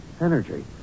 energy